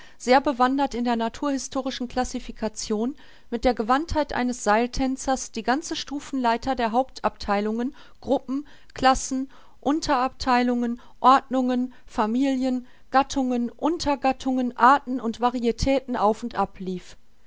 sehr bewandert in der naturhistorischen classification mit der gewandtheit eines seiltänzers die ganze stufenleiter der hauptabtheilungen gruppen classen unterabtheilungen ordnungen familien gattungen untergattungen arten und varietäten auf und ablief